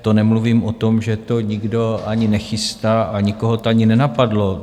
To nemluvím o tom, že to nikdo ani nechystá a nikoho to ani nenapadlo.